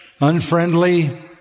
unfriendly